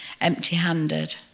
empty-handed